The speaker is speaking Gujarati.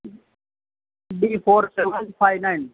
B four seven five nine